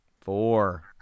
Four